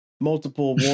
multiple